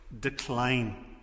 decline